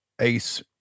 ace